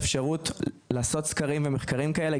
וארגונים את האפשרות לעשות סקרים ומחקרים כאלה,